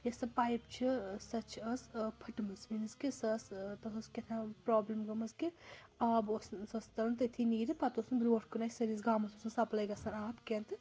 یۄس سۄ پایِپ چھِ سۄ چھِ ٲس پھٹمٕژ میٖنٕز کہِ سۄ ٲس تَتھ اوس کیٛاہ تھام پرٛابلِم گٔمٕژ کہِ آب اوس نہٕ سۄ ٲس ژَلان تٔتھی نیٖرِتھ پَتہٕ اوس نہٕ برٛونٛٹھ کُن اَسہِ سٲنِس گامَس اوس نہٕ سَپلَے گژھان آب کیٚنٛہہ تہٕ